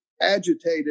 agitated